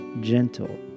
gentle